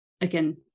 Again